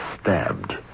stabbed